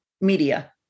media